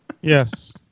Yes